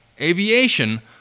aviation